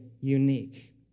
unique